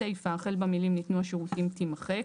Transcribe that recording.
הסיפה החל במילים "ניתנו השירותים" - תימחק.